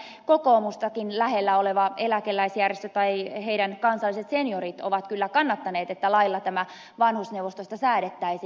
nimittäin kyllä kokoomustakin lähellä oleva kansalliset seniorit on kyllä kannattanut että lailla tästä vanhusneuvostosta säädettäisiin